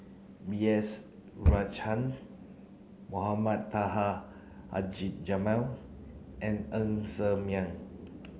B S Rajhans Mohamed Taha Haji Jamil and Ng Ser Miang